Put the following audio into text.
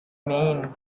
mean